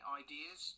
ideas